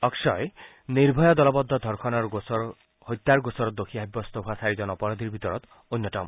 অক্ষয় নিৰ্ভয়া দলবদ্ধ ধৰ্ষণ আৰু হত্যাৰ গোচৰত দোষী সাব্যস্ত হোৱা চাৰিজন অপৰাধীৰ ভিতৰত অন্যতম